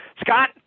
Scott